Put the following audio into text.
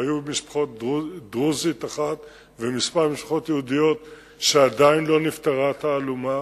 היתה משפחה דרוזית אחת וכמה משפחות יהודיות שעדיין לא נפתרה התעלומה,